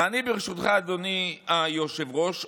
ואני ברשותך, אדוני היושב-ראש,